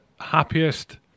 happiest